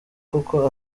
koko